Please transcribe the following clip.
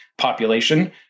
population